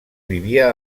vivia